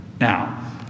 Now